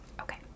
Okay